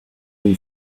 own